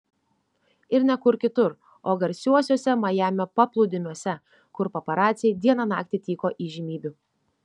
ir ne kur kitur o garsiuosiuose majamio paplūdimiuose kur paparaciai dieną naktį tyko įžymybių